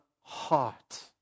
heart